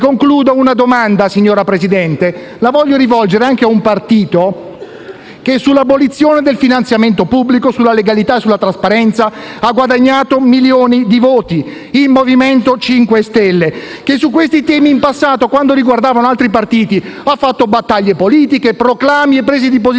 Concludo con una domanda, signor Presidente, che desidero rivolgere a un partito che sull'abolizione del finanziamento pubblico, sulla legalità e la trasparenza ha guadagnato milioni di voti, il MoVimento 5 Stelle, che in passato, quando questi temi riguardavano altri partiti, ha fatto battaglie politiche, proclami e ha avuto prese di posizione